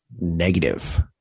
negative